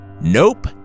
Nope